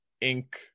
ink